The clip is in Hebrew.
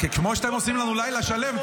כמו שאתם עושים לנו לילה שלם,